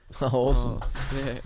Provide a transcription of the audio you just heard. awesome